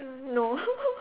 uh no